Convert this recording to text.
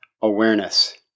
Awareness